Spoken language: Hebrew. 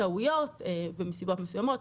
טעויות או מסיבות מסוימות,